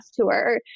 tour